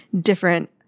different